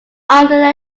under